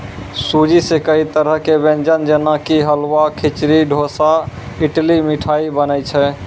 सूजी सॅ कई तरह के व्यंजन जेना कि हलवा, खिचड़ी, डोसा, इडली, मिठाई बनै छै